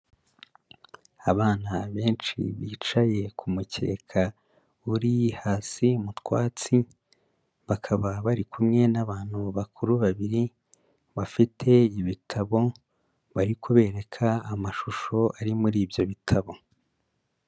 Abana benshi bicaye ku mukeka uri hasi mu twatsi, bakaba bari kumwe n'abantu bakuru babiri, bafite ibitabo, bari kubereka amashusho ari muri ibyo bitabo.